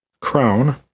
crown